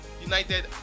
united